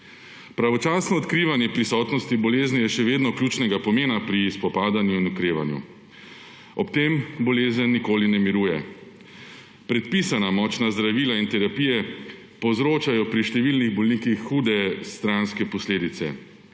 Pravočasno odkrivanje prisotnosti bolezni je še vedno ključnega pomena pri spopadanju in okrevanju. Ob tem bolezen nikoli ne miruje. Predpisana močna zdravila in terapije povzročajo pri številnih bolnikih hude stranske posledice: